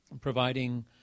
providing